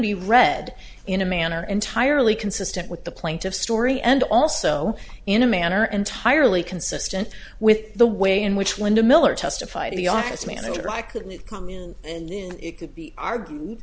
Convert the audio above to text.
be read in a manner entirely consistent with the plaintiff's story and also in a manner entirely consistent with the way in which windham miller testified the office manager i couldn't come in and then it could be argu